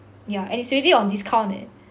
yeah and it's already on discount leh